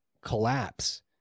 collapse